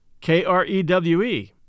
K-R-E-W-E